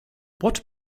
what